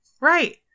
Right